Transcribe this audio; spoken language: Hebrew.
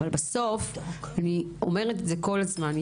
אבל בסוף אני אומרת את זה כל הזמן,